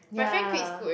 ya